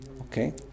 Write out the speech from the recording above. Okay